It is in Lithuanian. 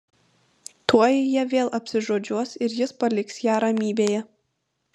tuoj jie vėl apsižodžiuos ir jis paliks ją ramybėje